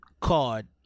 card